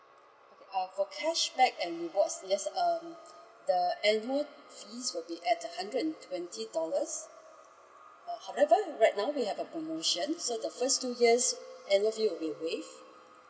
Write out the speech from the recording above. uh for cashback and rewards yes uh the annual fee will be at hundred and twenty dollars uh however right now we have a promotion so the first two years annual fee will be waived